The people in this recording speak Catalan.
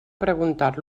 preguntar